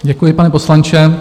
Děkuji, pane poslanče.